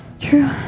True